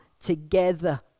together